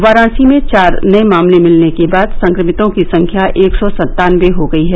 वाराणसी में चार नए मामले मिलने के बाद संक्रमितों की संख्या एक सौ सत्तानवे हो गयी है